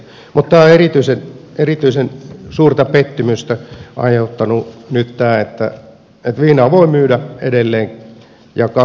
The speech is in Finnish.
mutta tämä on erityisen suurta pettymystä aiheuttanut nyt tämä että viinaa voi myydä edelleen ja kassa on kenkälaatikko